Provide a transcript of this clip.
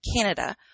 Canada